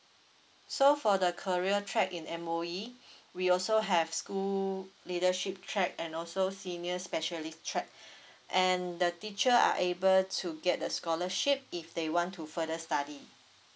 so for the career track in M_O_E we also have school leadership track and also seniors specialist track and the teacher are able to get a scholarship if they want to further study